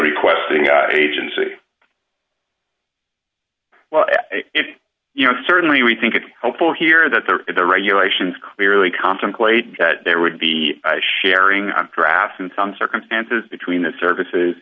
requesting agency well you know certainly we think it's helpful here that there is the regulations clearly contemplate that there would be sharing drafts in some circumstances between the services